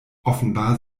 offenbar